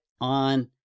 on